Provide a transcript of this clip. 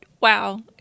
wow